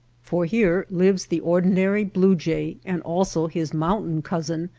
for here lives the ordinary blue-jay and also his mountain cousin,